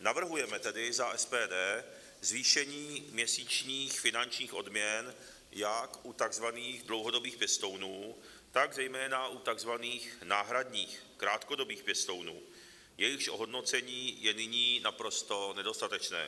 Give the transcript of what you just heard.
Navrhujeme tedy za SPD zvýšení měsíčních finančních odměn jak u tzv. dlouhodobých pěstounů, tak zejména u tzv. náhradních, krátkodobých pěstounů, jejichž ohodnocení je nyní naprosto nedostatečné.